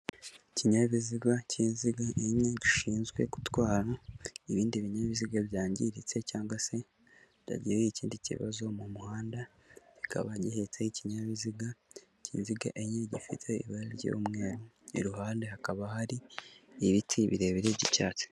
Ikinyabiziga cy'inziga enye gishinzwe gutwara ibindi binyabiziga byangiritse cyangwa se byagiriye ikindi kibazo mu muhanda kikaba gihetse ikinkinyabiziga kizinga enye gifite ibara ry'mweru, iruhande hakaba hari ibiti birebire by'icyatsi.